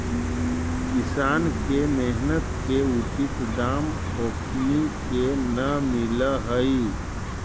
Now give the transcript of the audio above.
किसान के मेहनत के उचित दाम ओखनी के न मिलऽ हइ